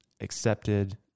accepted